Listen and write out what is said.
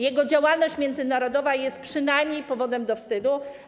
Jego działalność międzynarodowa jest przynajmniej powodem do wstydu.